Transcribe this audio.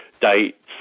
dates